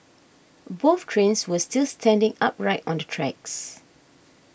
both trains were still standing upright on the tracks